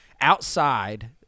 outside